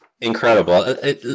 incredible